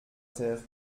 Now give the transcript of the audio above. terre